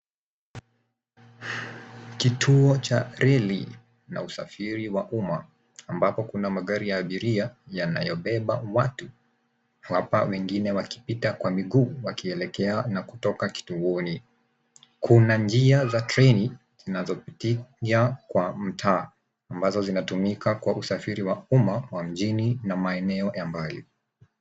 Kituo cha reli na usafiri wa umma, ambapo kuna magari ya abiria, yanayobeba watu. Hapa wengine wakipita kwa miguu, wakielekea na kutoka kituoni. Kuna njia za treni, zinazopitia kwa mtaa ambazo zinatumika kwa usafiri wa umma wa mjini na maeneo ya mbali.